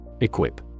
Equip